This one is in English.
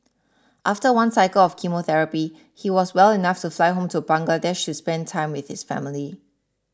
after one cycle of chemotherapy he was well enough to fly home to Bangladesh to spend time with his family